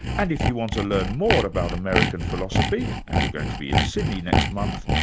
and if you want to learn more about american philosophy, and you're going to be in sydney next month,